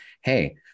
Hey